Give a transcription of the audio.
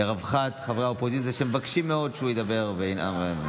לרווחת חברי האופוזיציה שמבקשים מאוד שהוא ידבר וינאם.